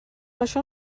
això